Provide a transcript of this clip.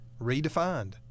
redefined